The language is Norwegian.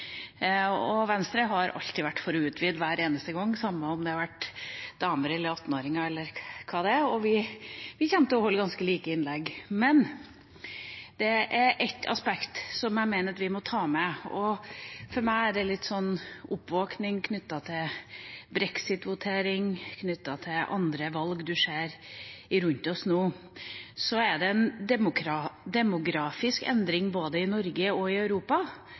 og vi kommer til å holde ganske like innlegg. Men det er ett aspekt som jeg mener at vi må ta med, og for meg er det litt som en oppvåkning knyttet til brexitvotering og til andre valg en ser rundt oss nå. Så er det en demografisk endring både i Norge og i Europa